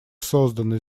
созданы